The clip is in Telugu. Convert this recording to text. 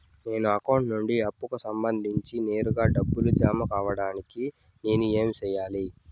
నా అకౌంట్ నుండి అప్పుకి సంబంధించి నేరుగా డబ్బులు జామ కావడానికి నేను ఏమి సెయ్యాలి?